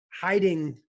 hiding